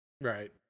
Right